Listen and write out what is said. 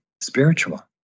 spiritual